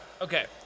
Okay